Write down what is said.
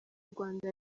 rwanda